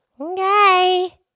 Okay